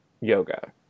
yoga